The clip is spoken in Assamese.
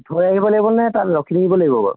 থৈ আহিব লাগিব নে তাত ৰখি থাকিব লাগিব বাৰু